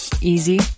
easy